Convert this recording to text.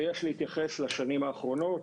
ויש להתייחס לשנים האחרונות.